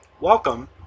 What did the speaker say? Welcome